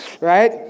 right